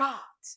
God